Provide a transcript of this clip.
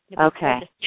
Okay